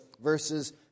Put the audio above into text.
verses